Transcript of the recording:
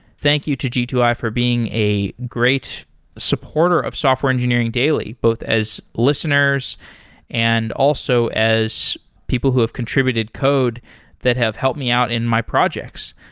thank you to g two i for being a great supporter of software engineering daily, both as listeners and also as people who have contributed code that have helped me out in my projects.